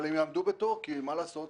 אבל הם יעמדו בתור כי מה לעשות,